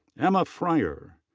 emma friar.